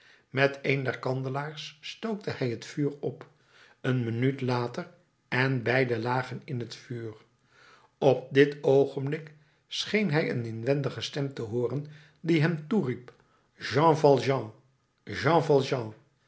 met een der kandelaars stookte hij het vuur op een minuut later en beide lagen in het vuur op dit oogenblik scheen hij een inwendige stem te hooren die hem toeriep jean valjean jean